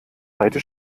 seite